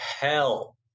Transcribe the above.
hell